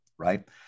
Right